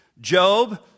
Job